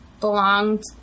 belonged